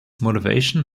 motivation